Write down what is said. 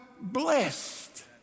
blessed